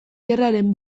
gerraren